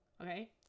Okay